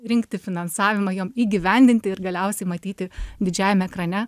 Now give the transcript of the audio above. rinkti finansavimą jom įgyvendinti ir galiausiai matyti didžiajam ekrane